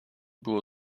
było